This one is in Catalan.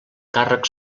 càrrec